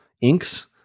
inks